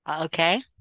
Okay